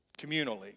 communally